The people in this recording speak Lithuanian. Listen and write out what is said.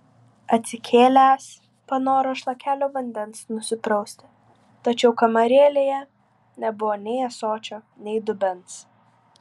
atsikėlęs panoro šlakelio vandens nusiprausti tačiau kamarėlėje nebuvo nei ąsočio nei dubens